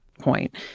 point